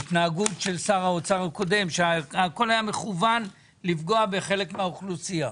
ההתנהגות של שר האוצר הקודם שהכול היה מכוון לפגוע בחלק מהאוכלוסייה.